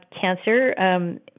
cancer